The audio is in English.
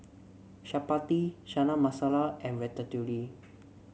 Chapati Chana Masala and Ratatouille